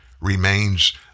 remains